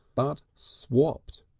but swapped,